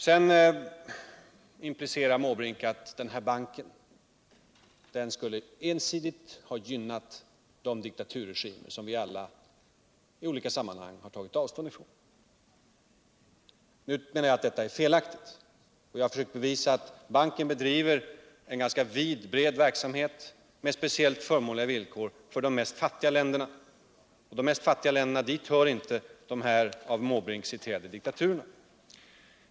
Sedan hävdar Bertil Måbrink att den här banken skulle ha ensidigt gynnat de diktaturregimer som vi alla i olika sammanhang har tagit avständ från. Jag menar att det är felaktigt, och jag har försökt bevisa att banken bedriver en bred verksamhet med speciellt förmånliga villkor för de fattigaste länderna. och dit hör inte de av herr Måbrink speciellt omnämnda diktaturerna.